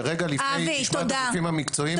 היא תשמע את הגופים המקצועיים --- אבי,